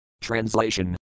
Translation